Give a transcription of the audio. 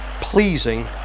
pleasing